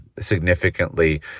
significantly